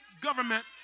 government